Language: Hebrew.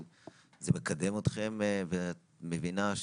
גם כאן וגם בוועדה לקידום מעמד האישה,